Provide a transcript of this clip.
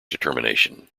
determination